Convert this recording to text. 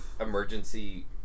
emergency